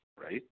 right